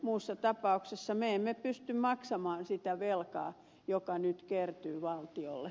muussa tapauksessa me emme pysty maksamaan sitä velkaa joka nyt kertyy valtiolle